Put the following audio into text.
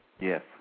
Yes